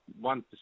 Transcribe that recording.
one